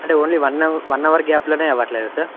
అంటే only one one hour gap లోనే అవట్లేదా సార్